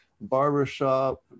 barbershop